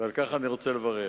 ועל כך אני רוצה לברך.